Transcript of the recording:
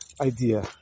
idea